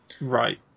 Right